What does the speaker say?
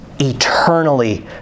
eternally